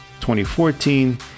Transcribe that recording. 2014